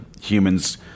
humans